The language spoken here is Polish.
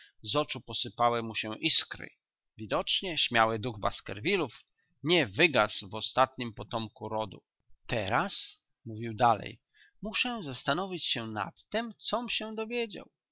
z oczu posypały mu się iskry widocznie śmiały duch baskervillów nie wygasł w ostatnim potomku rodu teraz mówił dalej muszę zastanowić się nad tem com się dowiedział